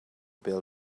bêl